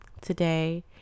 today